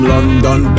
London